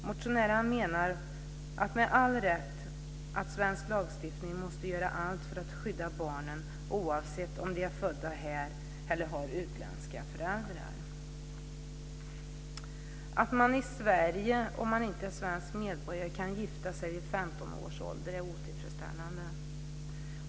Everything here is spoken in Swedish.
Motionärerna menar med all rätt att man genom svensk lagstiftning måste göra allt för att skydda barnen, oavsett om de är födda här eller har utländska föräldrar. Att man i Sverige, om man inte är svensk medborgare, kan gifta sig vid 15 års ålder är otillfredsställande.